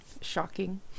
shocking